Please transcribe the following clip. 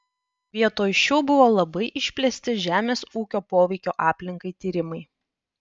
vietoj šių buvo labai išplėsti žemės ūkio poveikio aplinkai tyrimai